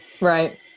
Right